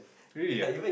really ah